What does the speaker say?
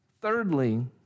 thirdly